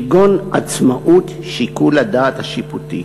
כגון עצמאות שיקול הדעת השיפוטי.